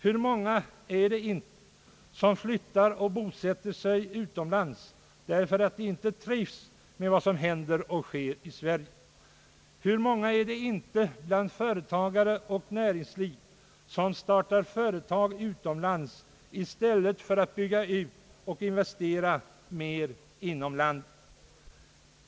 Hur många är det inte som flyttar och bosätter sig utomlands, därför att de inte trivs med vad som händer och sker i Sverige! Hur många är det inte bland företagare och inom näringslivet, som startar företag utomlands i stället för att bygga ut och investera mer inom landet!